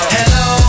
Hello